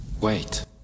Wait